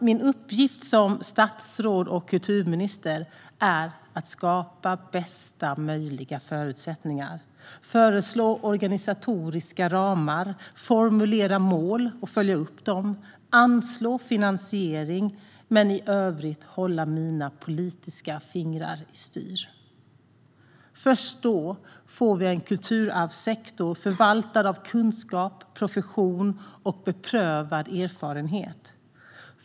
Min uppgift som statsråd och kulturminister är att skapa bästa möjliga förutsättningar, föreslå organisatoriska ramar, formulera och följa upp mål samt anslå finansiering - men i övrigt hålla mina politiska fingrar i styr. Först då får vi en kulturarvssektor förvaltad av kunskap, profession och beprövad erfarenhet.